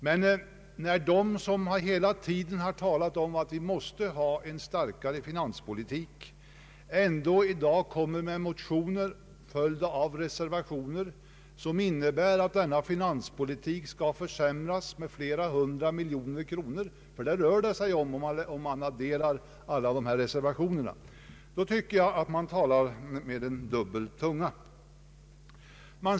Men när de, som hela tiden har talat om att vi måste ha en starkare finans politik, ändå kommer med motioner, följda av reservationer, som innebär att denna finanspolitik skall försvagas med flera hundra miljoner kronor — det rör sig om så mycket när man lägger ihop alla de här reservationerna — tycker jag att de talar med dubbel tunga.